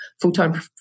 full-time